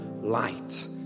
light